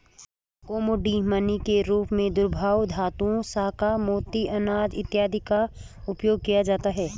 commodity money के रूप में दुर्लभ धातुओं शंख मोती अनाज इत्यादि का उपयोग किया जाता है